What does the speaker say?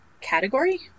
Category